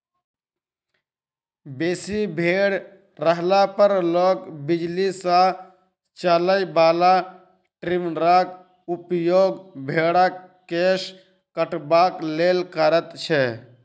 बेसी भेंड़ रहला पर लोक बिजली सॅ चलय बला ट्रीमरक उपयोग भेंड़क केश कटबाक लेल करैत छै